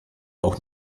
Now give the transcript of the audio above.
auch